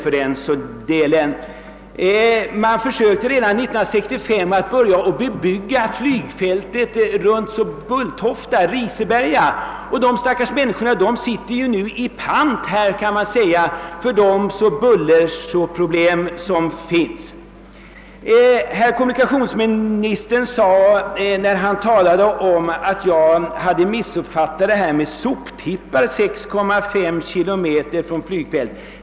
Redan innan 1965 började man bebygga området runt Bulltofta, Riseberga, och de stackars människorna i Riseberga sitter nu så att säga i pant på grund av rådande bullerproblem runt Bulltofta. Kommunikationsministern sade att jag hade missförstått frågan om soptippar och deras belägenhet minst 6,5 kilometer från flygfältet.